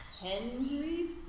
Henry's